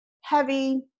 heavy